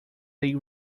they